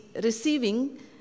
receiving